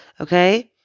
okay